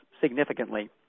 significantly